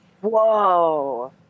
Whoa